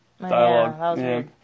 dialogue